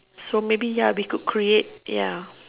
so maybe ya we could create ya